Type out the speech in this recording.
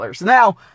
Now